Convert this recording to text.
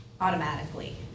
automatically